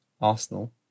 Arsenal